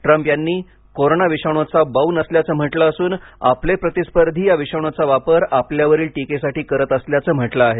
Trump यांनी corona विषाणूचा बाऊ नसल्याचं म्हटलं असून आपले प्रतिस्पर्धी या विषाणूचा वापर आपल्यावरील टिकेसाठी करत असल्याचं म्हटलं आहे